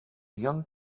young